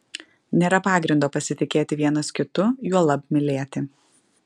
nėra pagrindo pasitikėti vienas kitu juolab mylėti